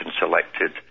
selected